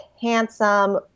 handsome